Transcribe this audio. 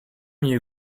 knew